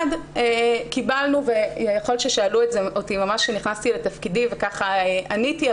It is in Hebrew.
יכול להיות ששאלו אותי ממש כשנכנסתי לתפקידי וכך עניתי,